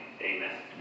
amen